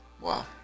Wow